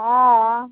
हँ